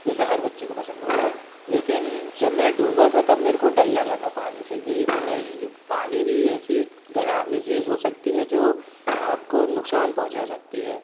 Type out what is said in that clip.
जैसा हर बच्चे को पसंद होता है लेकिन जब मैं डूबा था तब मेरे को डर लगा था पानी से कि नई पानी भी ऐसी डरावनी चीज़ हो सकती है जो आपको नुकसान पहुँचा सकती है